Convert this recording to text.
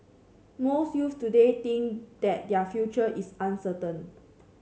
most youths today think that their future is uncertain